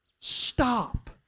stop